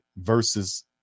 versus